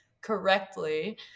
correctly